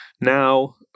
now